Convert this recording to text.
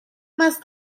más